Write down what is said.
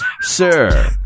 Sir